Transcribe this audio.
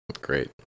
Great